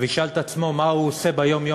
וישאל את עצמו מה הוא עושה ביום-יום